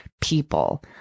people